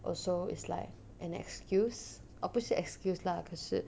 also is like an excuse oh 不是 excuse lah 可是